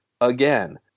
again